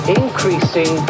increasing